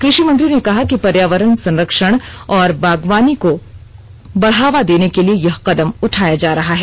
कृषि मंत्री ने कहा कि पर्यावरण संरक्षण और बागवानी को बढ़ावा देने के लिए यह कदम उठाया जा रहा है